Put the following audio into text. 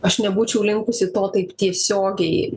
aš nebūčiau linkusi to taip tiesiogiai